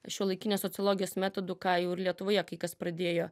šiuolaikinės sociologijos metodų ką jau ir lietuvoje kai kas pradėjo